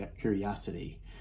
curiosity